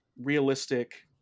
realistic